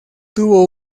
tuvo